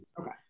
Okay